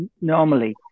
Normally